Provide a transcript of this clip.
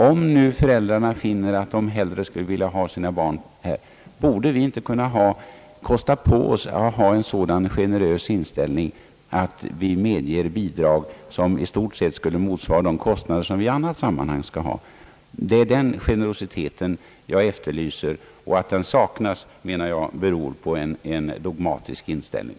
Om nu föräldrarna hellre vill ha sina barn i särskilda skolor, borde inte vi då kunna kosta på oss att ha en så generös inställning att vi medger bidrag som i stort sett motsvarar kostnaderna för barn i andra skolor. Det är den generositeten jag efterlyser. Att den saknas menar jag beror på en dogmatisk inställning.